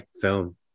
film